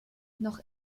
noch